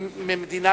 בדרך כלל,